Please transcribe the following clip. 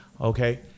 okay